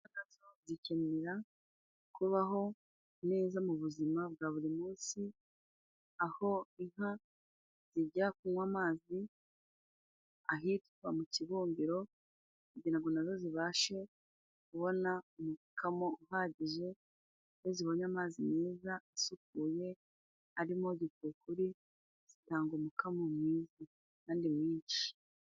Inka na zo zikenera kubaho neza mu buzima bwa buri munsi, aho inka zijya kunywa amazi ahitwa mu kibumbiro, kugira ngo nazo zibashe kubona umukamo uhagije. Iyo zibonye amazi meza asukuye arimo gikukuru, zitanga umukamo mwiza kandi mwinshi.